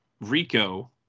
Rico